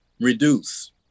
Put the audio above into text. reduce